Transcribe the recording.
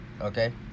okay